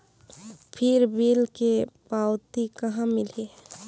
फिर बिल के पावती कहा मिलही?